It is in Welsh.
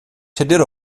tudur